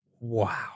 Wow